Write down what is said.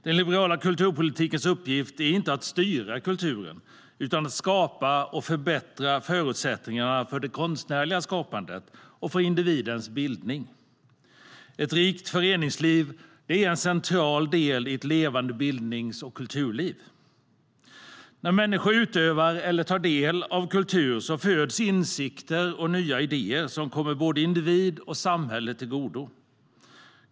Den liberala kulturpolitikens uppgift är inte att styra kulturen, utan att skapa och förbättra förutsättningarna för det konstnärliga skapandet och för individens bildning. Ett rikt föreningsliv är en central del i ett levande bildnings och kulturliv. När människor utövar eller tar del av kultur föds insikter och nya idéer som kommer både individ och samhälle till godo.